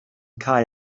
cau